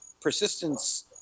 persistence